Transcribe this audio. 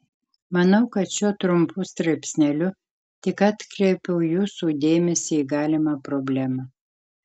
manau kad šiuo trumpu straipsneliu tik atkreipiau jūsų dėmesį į galimą problemą